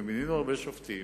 ומינינו הרבה שופטים.